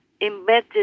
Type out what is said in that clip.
embedded